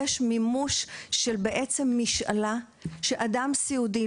יש מימוש של משאלה של אדם סיעודי,